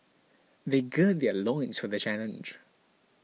they gird their loins for the challenge